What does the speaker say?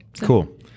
Cool